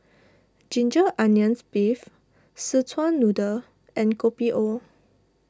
Ginger Onions Beef Szechuan Noodle and Kopi O